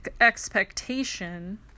expectation